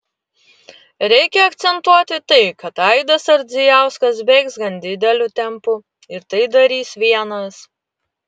reikia akcentuoti tai kad aidas ardzijauskas bėgs gan dideliu tempu ir tai darys vienas